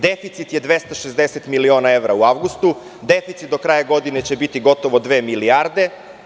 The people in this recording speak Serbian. Deficit je 260 miliona evra u avgustu, deficit do kraja godine će biti gotovo dve milijarde.